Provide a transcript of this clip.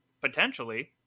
potentially